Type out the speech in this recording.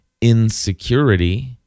insecurity